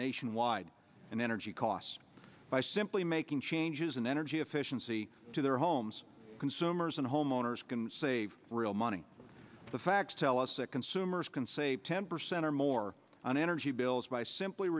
nationwide and energy costs by simply making changes in energy efficiency to their homes consumers and homeowners can save real money the facts tell us that consumers can save ten percent or more on energy bills by simply